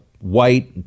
white